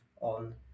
on